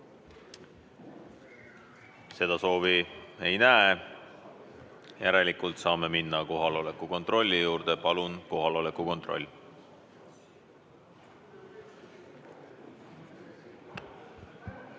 Seda soovi ma ei näe, järelikult saame minna kohaloleku kontrolli juurde. Palun kohaloleku kontroll!